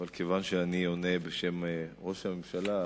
אבל כיוון שאני עונה בשם ראש הממשלה,